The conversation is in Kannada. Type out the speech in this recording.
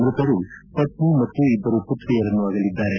ಮೃತರು ಪತ್ನಿ ಮತ್ತು ಇಬ್ಬರು ಪುತ್ರಿಯರನ್ನು ಅಗಲಿದ್ದಾರೆ